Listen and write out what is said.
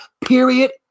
period